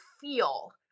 feel